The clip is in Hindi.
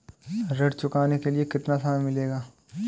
ऋण चुकाने के लिए कितना समय मिलेगा?